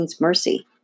mercy